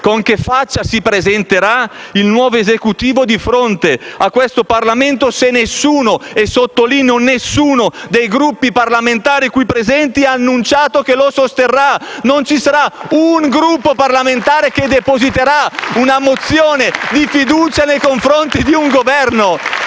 Con che faccia si presenterà il nuovo Esecutivo di fronte a questo Parlamento se nessuno - e sottolineo nessuno - dei Gruppi parlamentari qui presenti ha annunciato che lo sosterrà? Non ci sarà un Gruppo parlamentare che depositerà una mozione di fiducia nei confronti di un Governo.